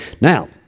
now